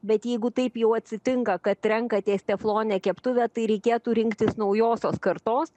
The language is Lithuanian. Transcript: bet jeigu taip jau atsitinka kad renkatės tefloninę keptuvę tai reikėtų rinktis naujosios kartos